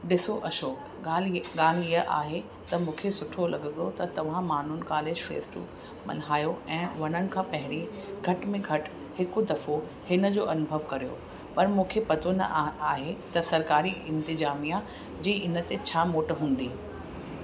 ॾिसो अशोक गाल्हि ई ॻाल्हि इहा आहे त मूंखे सुठो लॻंदो त तव्हां माण्हू कालेज फेस्टू मल्हायो ऐं वञनि खां पहिरीं घटि में घटि हिकु दफ़ो हिन जो अनुभव कयो पर मूंखे पतो न आहे आहे त सरकारी इंतिज़ामिया जी इन ते छा मोट हूंदी